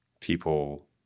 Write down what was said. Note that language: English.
people